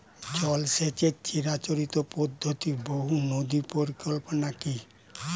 জল সেচের চিরাচরিত পদ্ধতি বহু নদী পরিকল্পনা কি?